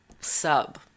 sub